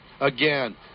again